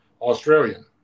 Australian